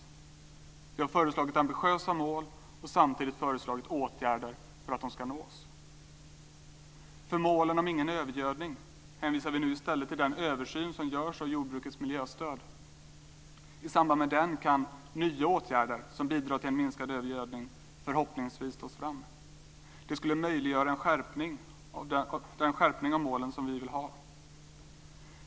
Vi har föreslagit ambitiösa mål och samtidigt föreslagit åtgärder för att de ska nås. För målet Ingen övergödning hänvisar vi nu i stället till den översyn som görs av jordbrukets miljöstöd. I samband med den kan nya åtgärder som bidrar till en minskad övergödning förhoppningsvis tas fram. Det skulle möjliggöra den skärpning av målen som vi vill ha.